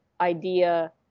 idea